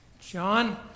John